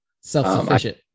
Self-sufficient